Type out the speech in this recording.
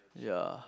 ya